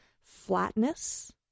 flatness